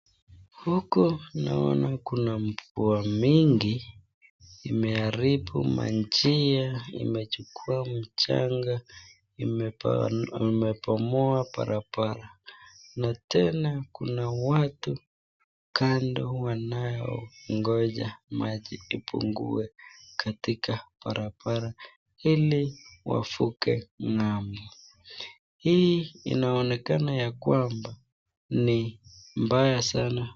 Huku naona mvua mingi imearibu manjia imechukua mchanga imebomoa barabara na tena kuna watu Kanda wanongoja maji ibukue katika barabara hili wafuke nga'mbo, hii inaonekana kwamba ni mbaya sana.